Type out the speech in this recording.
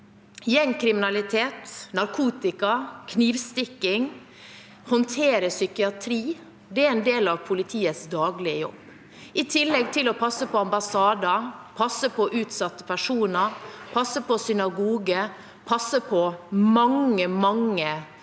Gjengkriminalitet, narkotika, knivstikking og å håndtere psykiatri er en del av politiets daglige jobb – i tillegg til å passe på ambassader, passe på utsatte personer, passe på synagoger, passe på mange, mange